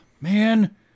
man